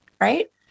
right